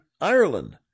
Ireland